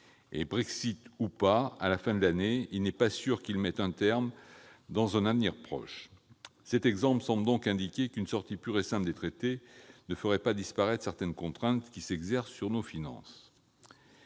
Brexit ou pas à la fin de l'année, il n'est pas sûr qu'ils y mettent un terme dans un avenir proche. Cet exemple semble donc indiquer qu'une sortie pure et simple des traités ne ferait pas disparaître certaines contraintes qui s'exercent sur nos finances.